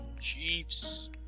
Chiefs